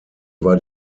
war